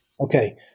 Okay